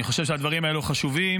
אני חושב שהדברים האלו חשובים.